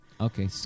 okay